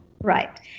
right